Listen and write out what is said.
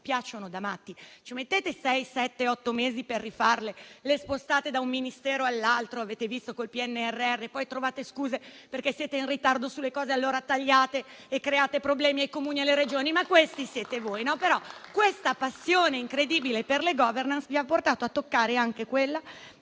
piacciono da matti: ci mettete sei, sette o otto mesi per rifarle, le spostate da un Ministero all'altro - lo abbiamo visto col PNRR - e poi trovate scuse, perché siete in ritardo sulle cose, allora tagliate e create problemi ai Comuni e alle Regioni, ma questi siete voi. La passione incredibile per le *governance* vi ha portato a toccare anche quella